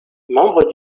membre